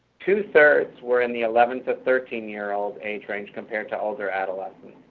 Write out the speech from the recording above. two thirds were in the eleven to thirteen year old age range compared to older adolescents.